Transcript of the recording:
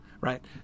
right